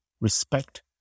respect